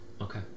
Okay